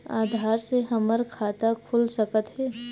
आधार से हमर खाता खुल सकत हे?